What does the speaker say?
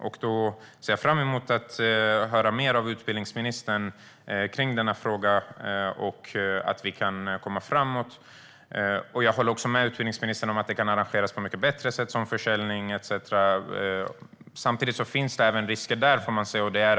Jag ser fram emot att höra mer av utbildningsministern kring denna fråga och att vi kan komma framåt. Jag håller med utbildningsministern om att detta kan arrangeras på mycket bättre sätt, med försäljning etcetera. Men det finns risker även där.